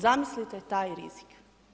Zamislite taj rizik.